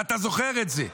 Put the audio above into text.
ואתה זוכר את זה.